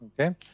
okay